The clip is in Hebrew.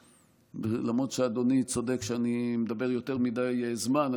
למרות שאדוני צודק בזה שאני מדבר יותר מדי זמן,